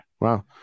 Wow